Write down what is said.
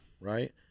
Right